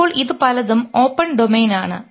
ഇപ്പോൾ ഇത് പലതും ഓപ്പൺ ഡൊമെയ്ൻ ആണ്